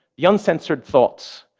the uncensored thoughts,